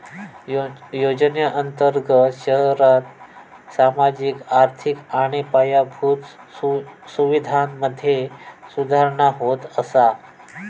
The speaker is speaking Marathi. योजनेअंर्तगत शहरांत सामाजिक, आर्थिक आणि पायाभूत सुवीधांमधे सुधारणा होत असा